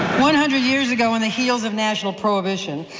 one hundred years ago, on the heels of national prohibition,